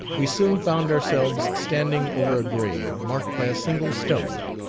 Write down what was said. we soon found ourselves standing over a grave, marked by a single stone,